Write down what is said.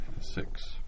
Six